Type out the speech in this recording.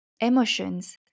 emotions